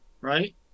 right